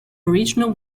original